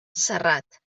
serrat